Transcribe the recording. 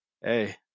hey